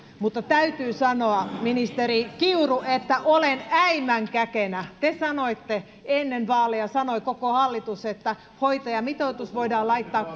mutta täytyy sanoa ministeri kiuru että olen äimän käkenä te sanoitte ennen vaaleja sanoi koko hallitus että hoitajamitoitus voidaan laittaa